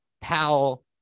Powell